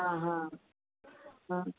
હા હા હા